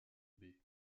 baie